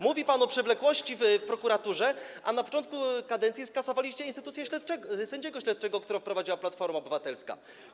Mówi pan o przewlekłości w prokuraturze, a na początku kadencji skasowaliście instytucję sędziego śledczego, którą wprowadziła Platforma Obywatelska.